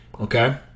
okay